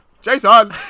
Jason